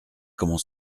comment